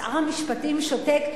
שר המשפטים שותק.